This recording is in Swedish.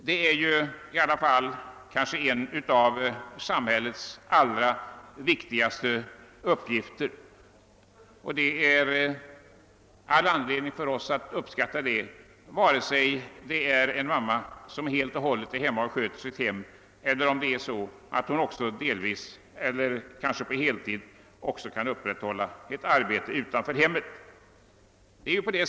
Det är ju i alla fall en av samhällets kanske allra viktigaste uppgifter. Vi har all anledning att uppskatta detta arbete vare sig det gäller en mor som sköter sitt hem på heltid eller en mor som också har ett deltidseller kanske t.o.m. ett heltidsarbete utanför hemmet.